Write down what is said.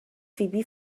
فیبی